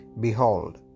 Behold